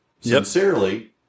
Sincerely